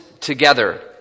together